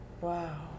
Wow